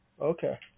Okay